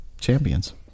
champions